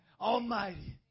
Almighty